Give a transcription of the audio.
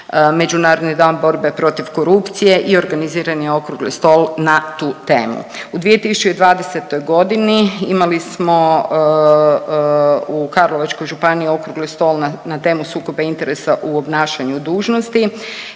Međunarodni dan borbe protiv korupcije i organiziran je okrugli stol na tu temu. U 2020.g. imali smo u Karlovačkoj županiji okrugli stol na temu „Sukoba interesa u obnašanju dužnosti“,